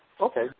okay